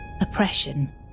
oppression